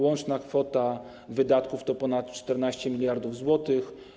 Łączna kwota wydatków to ponad 14 mld zł.